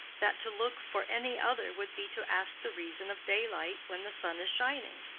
that to look for any other would be to ask the reason of daylight when the sun is shining.